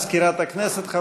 תודה למזכירת הכנסת.